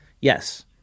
yes